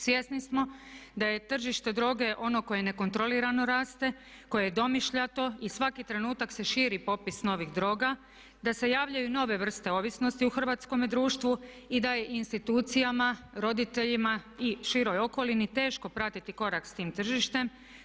Svjesni smo da je tržište droge ono koje nekontrolirano raste, koje je domišljato i svaki trenutak se širi popis novih droga, da se javljaju nove vrste ovisnosti u hrvatskome društvu i da je institucijama, roditeljima i široj okolini teško pratiti korak s tim tržištem.